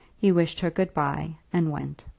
he wished her good-by, and went.